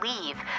leave